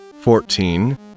fourteen